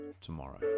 tomorrow